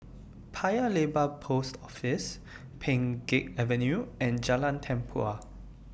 Paya Lebar Post Office Pheng Geck Avenue and Jalan Tempua